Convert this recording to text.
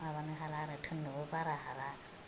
माबानो हाला आरो थिननोबो बारा हाला